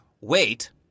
wait